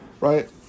right